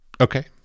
Okay